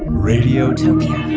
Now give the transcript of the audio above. radiotopia